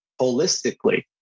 holistically